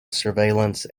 surveillance